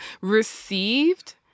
received